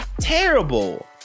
terrible